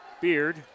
Beard